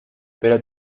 pero